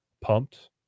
Pumped